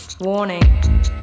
Warning